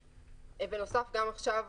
בנוסף, גם עכשיו